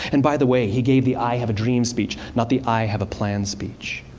and by the way, he gave the i have a dream speech, not the i have a plan speech.